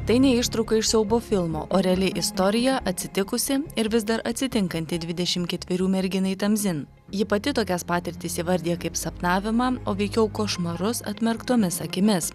tai ne ištrauka iš siaubo filmo o reali istorija atsitikusi ir vis dar atsitinkanti dvidešim ketverių merginai tamzin ji pati tokias patirtis įvardija kaip sapnavimą o veikiau košmarus atmerktomis akimis